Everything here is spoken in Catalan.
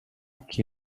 qui